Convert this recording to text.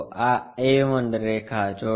આ a1 રેખા જોડો